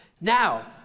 Now